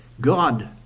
God